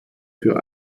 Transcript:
für